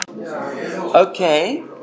Okay